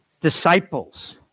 disciples